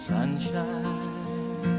Sunshine